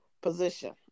position